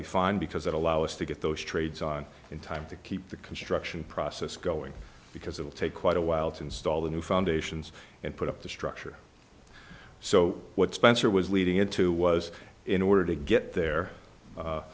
be fine because it allows us to get those trades on in time to keep the construction process going because it'll take quite a while to install the new foundations and put up the structure so what spencer was leading into was in order to get there